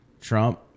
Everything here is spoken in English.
Trump